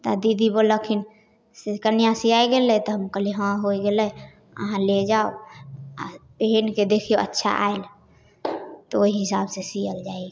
तऽ दीदी बोललखिन से कनिआँ सिआइ गेलै तऽ हम कहलिए हँ होइ गेलै अहाँ ले जाउ आओर पहिनके देखिऔ अच्छा आएल तऽ ओहि हिसाबसँ सिअल जाइ हइ